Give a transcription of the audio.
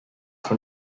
from